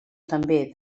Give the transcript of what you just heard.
també